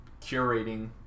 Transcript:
curating